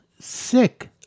sick